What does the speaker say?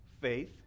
faith